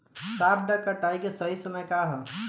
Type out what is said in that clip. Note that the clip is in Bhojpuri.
सॉफ्ट डॉ कटाई के सही समय का ह?